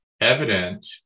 evident